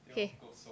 okay